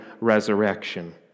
resurrection